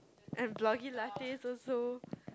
and Blogilates also